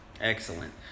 Excellent